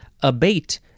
abate